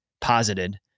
posited